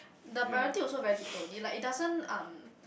the priority also very little only like it doesn't um